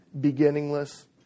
beginningless